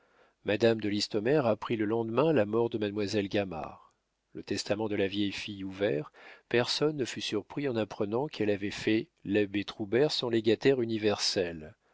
madame de listomère apprit le lendemain la mort de mademoiselle gamard le testament de la vieille fille ouvert personne ne fut surpris en apprenant qu'elle avait fait l'abbé troubert son légataire universel